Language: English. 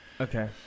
Okay